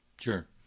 Sure